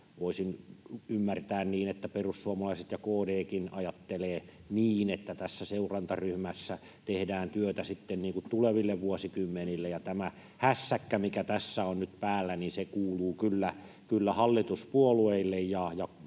Voisin ymmärtää niin, että perussuomalaiset ja KD:kin ajattelevat niin, että tässä seurantaryhmässä tehdään työtä niin kuin tuleville vuosikymmenille, ja tämä hässäkkä, mikä tässä on nyt päällä, kuuluu kyllä hallituspuolueille,